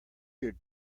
your